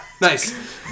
Nice